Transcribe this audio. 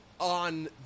on